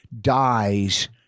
dies